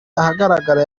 ahagaragara